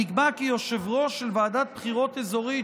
נקבע כי יושב-ראש של ועדת בחירות אזורית,